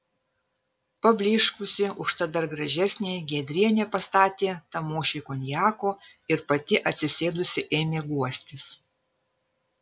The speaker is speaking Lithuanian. pablyškusi užtat dar gražesnė giedrienė pastatė tamošiui konjako ir pati atsisėdusi ėmė guostis